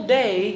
day